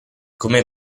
come